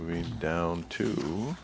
i mean down to